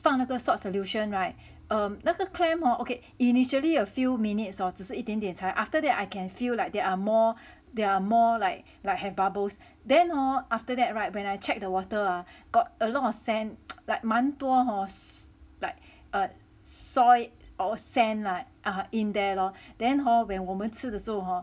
放那个 salt solution [right] um 那个 clam hor okay initially a few minutes hor 只是一点点才 after that I can feel like there are more there are more like like have bubbles then hor after that [right] when I check the water ah got a lot of sand like 蛮多 hor s~ like s~ soil or sand lah ah in there lor then hor when 我们吃的时候 hor